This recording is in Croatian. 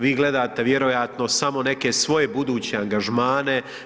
Vi gledate vjerojatno samo neke svoje buduće angažmane.